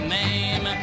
name